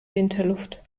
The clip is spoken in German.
winterluft